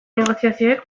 negoziazioek